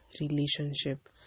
relationship